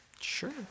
sure